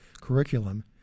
curriculum